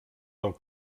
del